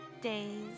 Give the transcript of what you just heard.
days